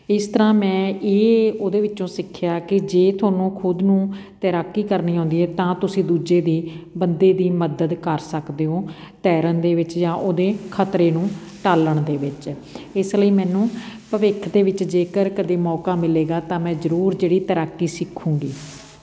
ਇਸ ਤਰ੍ਹਾਂ ਮੈਂ ਇਹ ਉਹਦੇ ਵਿੱਚੋਂ ਸਿੱਖਿਆ ਕਿ ਜੇ ਤੁਹਾਨੂੰ ਖੁਦ ਨੂੰ ਤੈਰਾਕੀ ਕਰਨੀ ਆਉਂਦੀ ਆ ਤਾਂ ਤੁਸੀਂ ਦੂਜੇ ਦੀ ਬੰਦੇ ਦੀ ਮਦਦ ਕਰ ਸਕਦੇ ਹੋ ਤੈਰਨ ਦੇ ਵਿੱਚ ਜਾਂ ਉਹਦੇ ਖਤਰੇ ਨੂੰ ਟਾਲਣ ਦੇ ਵਿੱਚ ਇਸ ਲਈ ਮੈਨੂੰ ਭਵਿੱਖ ਦੇ ਵਿੱਚ ਜੇਕਰ ਕਦੇ ਮੌਕਾ ਮਿਲੇਗਾ ਤਾਂ ਮੈਂ ਜ਼ਰੂਰ ਜਿਹੜੀ ਤੈਰਾਕੀ ਸਿਖੂੰਗੀ